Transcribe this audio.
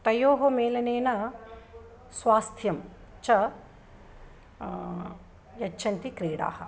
तयोः मेलनेन स्वास्थ्यं च यच्छन्ति क्रीडाः